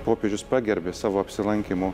popiežius pagerbė savo apsilankymu